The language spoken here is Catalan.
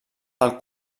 del